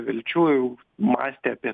vilčių mąstė apie